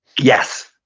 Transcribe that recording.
yes,